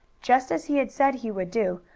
just as he had said he would do,